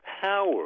power